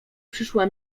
przyszła